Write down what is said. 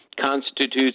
constitutes